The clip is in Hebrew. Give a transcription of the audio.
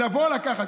לבוא ולקחת.